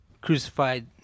crucified